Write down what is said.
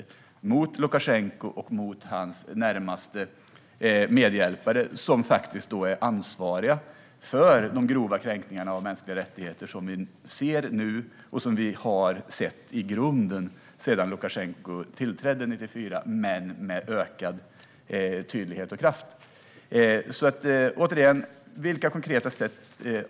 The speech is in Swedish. Vi ska vara tuffa mot Lukasjenko och mot hans närmaste medhjälpare, som är ansvariga för de grova kränkningar av mänskliga rättigheter som vi nu ser och som vi har sett i grunden sedan Lukasjenko tillträdde 1994 och med ökad tydlighet och kraft.